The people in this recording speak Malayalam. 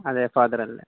അതെ ഫാദർ അല്ലേ